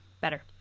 better